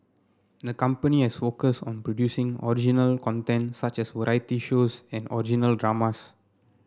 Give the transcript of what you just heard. the company has focused on producing original content such as variety shows and original dramas